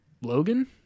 Logan